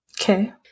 Okay